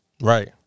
Right